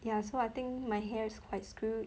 ya so I think my hair is quite screwed